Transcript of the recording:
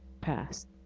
passed